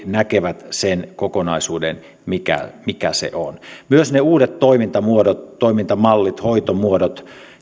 näkevät sen kokonaisuuden että mikä se on myös ne uudet toimintamuodot toimintamallit hoitomuodot